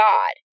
God